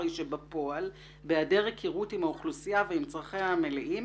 הרי שבפועל בהיעדר הכרות עם האוכלוסייה ועם צרכיה המלאים,